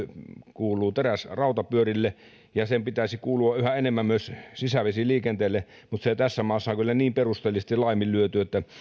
kuuluu teräs rautapyörille ja sen pitäisi kuulua yhä enemmän myös sisävesiliikenteelle mutta se tässä maassa on kyllä niin perusteellisesti laiminlyöty että